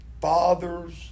father's